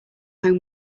home